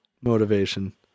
motivation